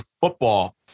football